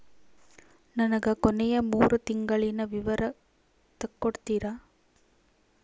ನನಗ ಕೊನೆಯ ಮೂರು ತಿಂಗಳಿನ ವಿವರ ತಕ್ಕೊಡ್ತೇರಾ?